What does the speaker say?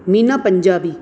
Meena Punjabi